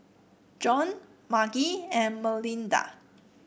Jon Margie and Melinda